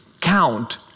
count